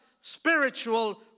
spiritual